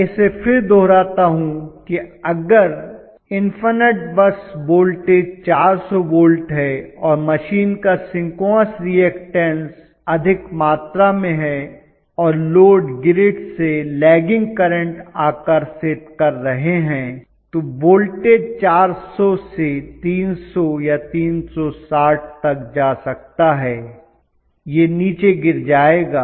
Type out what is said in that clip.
मैं इसे फिर दोहराता हूं कि अगर इन्फनट बस वोल्टेज 400 वोल्ट है और मशीन का सिंक्रोनस रीऐक्टन्स अधिक मात्रा में है और लोड ग्रिड में लैगिंग करंट आकर्षित कर रहे हैं तो वोल्टेज 400 से 300 या 360 तक जा सकता है यह नीचे गिर जाएगा